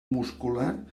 muscular